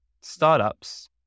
startups